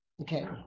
Okay